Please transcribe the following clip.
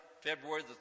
February